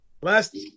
Last